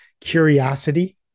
curiosity